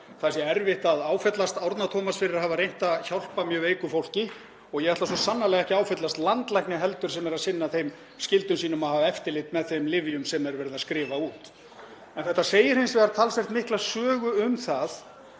það sé erfitt að áfellast Árna Tómas fyrir að hafa reynt að hjálpa mjög veiku fólki og ég ætla svo sannarlega ekki að áfellast landlækni heldur sem er að sinna þeim skyldum sínum að hafa eftirlit með þeim lyfjum sem er verið að skrifa út. Þetta segir hins vegar talsvert mikla sögu um það